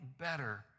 better